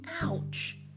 Ouch